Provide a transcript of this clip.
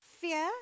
Fear